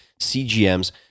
CGMs